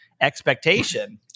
expectation